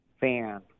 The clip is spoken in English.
fan